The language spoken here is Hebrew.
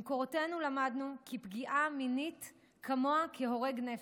במקורותינו למדנו כי פגיעה מינית כמוה כהורג נפש.